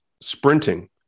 sprinting